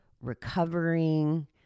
recovering